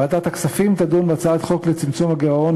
ועדת הכספים תדון בהצעת חוק לצמצום הגירעון